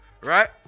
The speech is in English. right